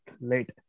late